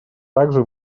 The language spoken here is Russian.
также